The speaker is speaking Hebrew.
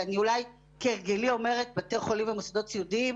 אני אולי כהרגלי אומרת בתי חולים ומוסדות סיעודיים,